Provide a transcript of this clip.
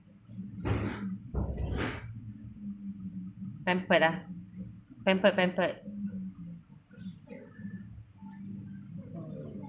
pampered uh pampered pampered